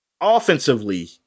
offensively